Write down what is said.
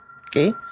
okay